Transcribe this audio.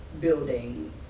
building